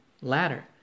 ladder